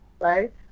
right